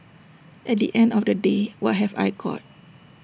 at the end of the day what have I got